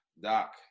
Doc